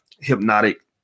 hypnotic